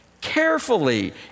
carefully